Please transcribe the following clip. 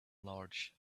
large